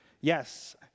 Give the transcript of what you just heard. Yes